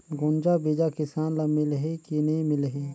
गुनजा बिजा किसान ल मिलही की नी मिलही?